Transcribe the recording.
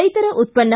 ರೈತರ ಉತ್ಪನ್ನ